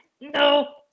no